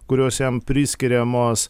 kurios jam priskiriamos